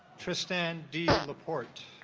tristan d laporte